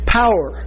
power